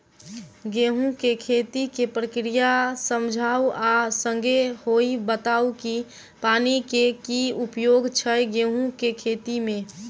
गेंहूँ केँ खेती केँ प्रक्रिया समझाउ आ संगे ईहो बताउ की पानि केँ की उपयोग छै गेंहूँ केँ खेती में?